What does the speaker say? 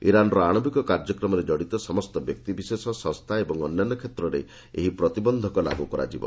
ଇରାନ୍ର ଆଶବିକ କାର୍ଯ୍ୟକ୍ରମରେ କଡ଼ିତ ସମସ୍ତ ବ୍ୟକ୍ତିବିଶେଷ ସଂସ୍ଥା ଏବଂ ଅନ୍ୟାନ୍ୟ କ୍ଷେତ୍ରରେ ଏହି ପ୍ରତିବନ୍ଧକ ଲାଗୁ କରାଯିବ